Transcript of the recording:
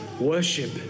worship